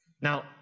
Now